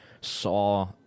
saw